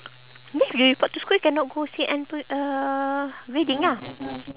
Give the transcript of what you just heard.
means you report to school you cannot go see uh wedding ah